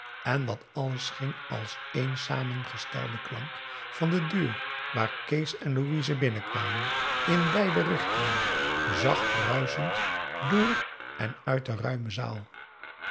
en dat alles ging als één samengestelde klank van de deur waar kees en louise binnenkwamen in beide richtingen zacht ruischend door en uit de ruime zaal